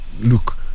look